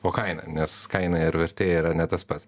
o kainą nes kaina ir vertė yra ne tas pats